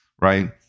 right